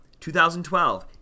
2012